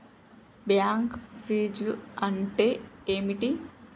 Bank ఫీజ్లు అంటే ఏమిటి?